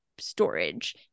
storage